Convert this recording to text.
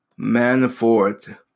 Manafort